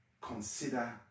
consider